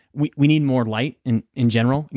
we we need more light in in general.